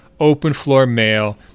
openfloormail